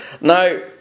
Now